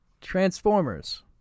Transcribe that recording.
Transformers